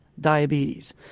diabetes